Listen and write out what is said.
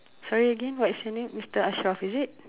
sorry again what is your name mister Ashraf is it